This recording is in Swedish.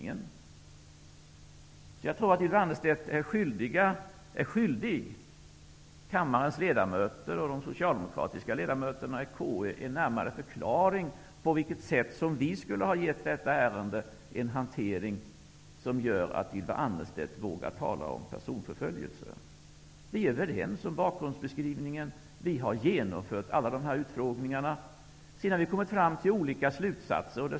Jag menar därför att Ylva Annerstedt är skyldig kammarens ledamöter och de socialdemokratiska ledamöterna i KU en närmare förklaring av på vilket sätt vi skulle ha gett detta ärende en hantering som gör att Ylva Annerstedt vågar tala om personförföljelse. Vi är överens om bakgrundsbeskrivningen, och vi har genomfört alla dessa utfrågningar. Sedan har vi kommit fram till olika slutsatser.